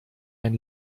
ein